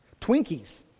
Twinkies